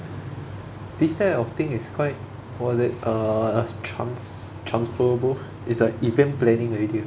this kind of thing is quite what is it uh trans~ transferable it's like event planning already ah